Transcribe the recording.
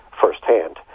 firsthand